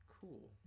cool